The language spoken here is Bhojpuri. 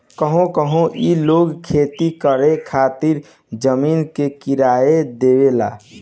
कहवो कहवो ई लोग खेती करे खातिर जमीन के किराया देवेला